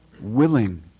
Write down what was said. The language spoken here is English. willing